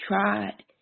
tried